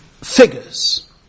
figures